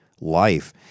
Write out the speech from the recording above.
life